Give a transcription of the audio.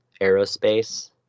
Aerospace